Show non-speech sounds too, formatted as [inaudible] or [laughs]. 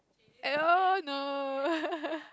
at all no [laughs]